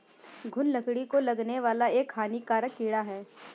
घून लकड़ी को लगने वाला एक हानिकारक कीड़ा है